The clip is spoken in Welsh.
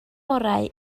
orau